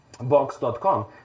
Box.com